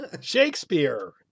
Shakespeare